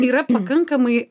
yra pakankamai